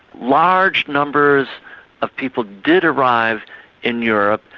large numbers of people did arrive in europe,